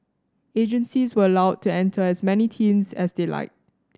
agencies were allowed to enter as many teams as they liked